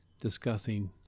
discussing